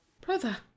Brother